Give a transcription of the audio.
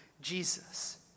Jesus